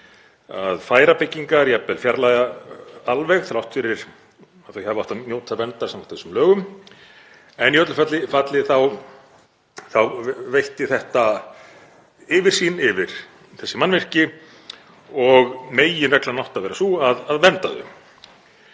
að færa byggingar, jafnvel fjarlægja alveg, þrátt fyrir að þær hafi átt að njóta verndar samkvæmt þessum lögum en í öllu falli þá veitti þetta yfirsýn yfir þessi mannvirki og meginreglan átti að vera sú að vernda þau.